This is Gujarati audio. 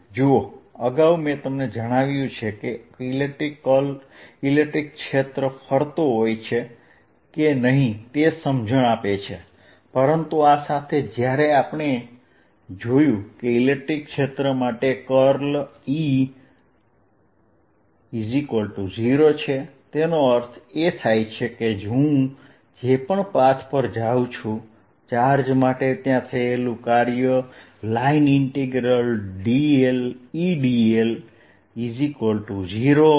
જુઓ અગાઉ મેં તમને જણાવ્યું છે કે ઇલેક્ટ્રિક ક્ષેત્ર ફરતું હોય છે કે નહીં તે સમજણ આપે છે પરંતુ આ સાથે જ્યારે આપણે જોયું કે ઇલેક્ટ્રિક ક્ષેત્ર માટે E0 છે તેનો અર્થ એ કે હું જે પણ પાથ પર જાઉં ચાર્જ માટે ત્યાં થયેલું કાર્ય Edl0 હશે